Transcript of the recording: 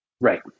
Right